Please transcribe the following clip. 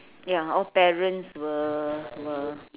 ya all parents will will